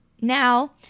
Now